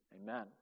Amen